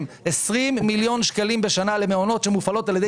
20 מיליון שקלים בשנה למעונות שמופעלים על ידי